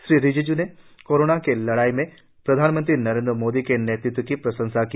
श्री रिजिजू ने कोरोना से लड़ाई में प्रधानमंत्री नरेन्द्र मोदी के नेतृत्व की प्रशंसा की